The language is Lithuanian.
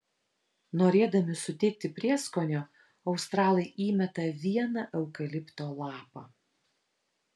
norėdami suteikti prieskonio australai įmeta vieną eukalipto lapą